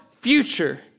future